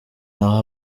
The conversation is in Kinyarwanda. n’aho